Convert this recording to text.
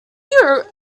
dear